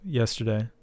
yesterday